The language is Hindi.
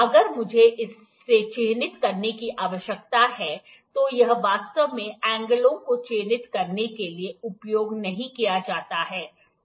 अगर मुझे इसे चिह्नित करने की आवश्यकता है तो यह वास्तव में एंगलों को चिह्नित करने के लिए उपयोग नहीं किया जाता है